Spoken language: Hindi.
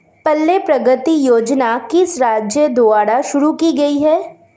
पल्ले प्रगति योजना किस राज्य द्वारा शुरू की गई है?